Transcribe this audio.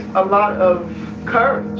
a lot of courage.